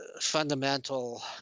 fundamental